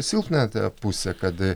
silpnąją tą pusę kad